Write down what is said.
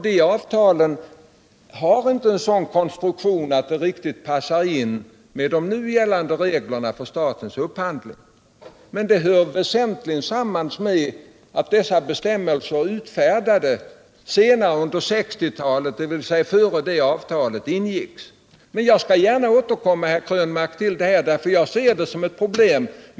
De avtalen har inte en sådan konstruktion att de riktigt passar de nu gällande reglerna för statens upphandling. Men det hör väsentligen samman med att dessa bestämmelser utfärdades senare under 1960-talet, dvs. efter det att avtalet ingicks. Jag skall gärna återkomma till det här, herr Krönmark, för jag ser det som ett problem.